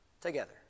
Together